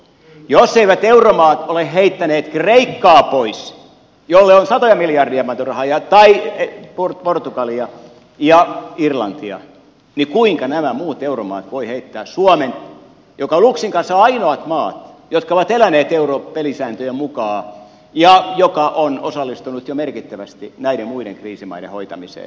jos eivät euromaat ole heittäneet kreikkaa pois jolle on satoja miljardeja pantu rahaa tai portugalia ja irlantia niin kuinka nämä muut euromaat voivat heittää suomen joka on luxin kanssa ainoa maa joka on elänyt europelisääntöjen mukaan ja joka on osallistunut jo merkittävästi näiden muiden kriisimaiden hoitamiseen